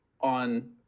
on